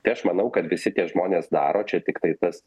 tai aš manau kad visi tie žmonės daro čia tiktai tas